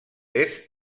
est